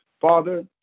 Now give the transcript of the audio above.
father